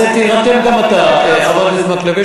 אז תירתם גם אתה, חבר הכנסת מקלב.